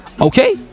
Okay